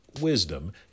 wisdom